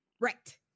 right